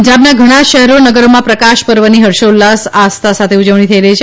પંજાબના ઘણા શહેરો નગરોમાં પ્રકાશ પર્વની હર્ષોલ્લાસ આસ્થા સાથે ઉજવણી થઈ રહી છે